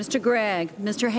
mr greg mr